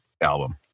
album